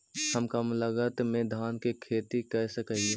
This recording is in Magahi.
हम कम लागत में धान के खेती कर सकहिय?